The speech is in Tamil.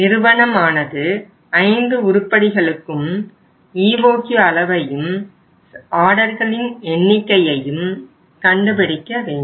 நிறுவனமானது 5 உருப்படிகளுக்கும் EOQ அளவையும் ஆர்டர்களின் எண்ணிக்கையையும் கண்டுபிடிக்க வேண்டும்